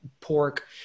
pork